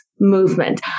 movement